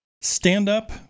stand-up